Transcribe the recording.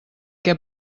què